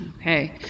Okay